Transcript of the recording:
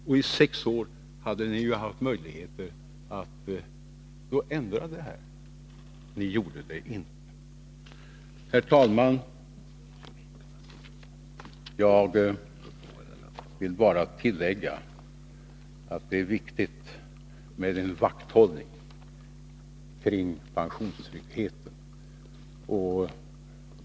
Och i sex år hade ni haft möjligheter att ändra detta. Ni gjorde det inte. Herr talman! Jag vill bara tillägga att det är viktigt med en vakthållning kring pensionstryggheten.